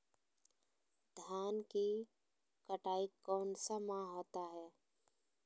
धान की कटाई कौन सा माह होता है?